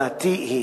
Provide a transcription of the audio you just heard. דעתי היא